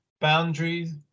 boundaries